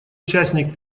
участник